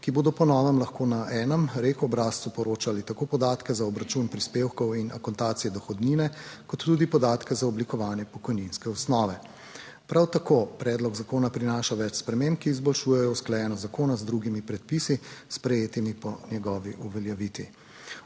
ki bodo po novem lahko na enem REK obrazcu poročali tako podatke za obračun prispevkov in akontacije dohodnine kot tudi podatke za oblikovanje pokojninske osnove. Prav tako predlog zakona prinaša več sprememb, ki izboljšujejo usklajenost zakona z drugimi predpisi s sprejetimi po njegovi uveljavitvi.